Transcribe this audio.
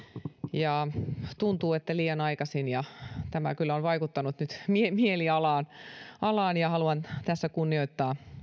ja tuntuu että liian aikaisin tämä kyllä on vaikuttanut nyt mielialaan ja haluan tässä kunnioittaa